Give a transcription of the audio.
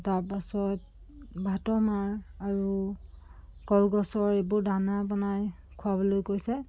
তাৰপাছত ভাতৰ মাৰ আৰু কলগছৰ এইবোৰ দানা বনাই খোৱাবলৈ কৈছে